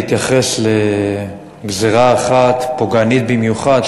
להתייחס לגזירה אחת פוגענית במיוחד,